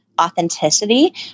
authenticity